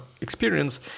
experience